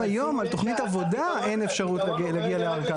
גם היום על תכנית עבודה אין אפשרות להגיע לערכאת ערר.